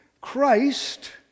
Christ